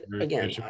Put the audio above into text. Again